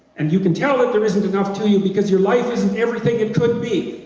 and you can tell that there isn't enough to you because your life isn't everything it could be.